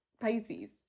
Pisces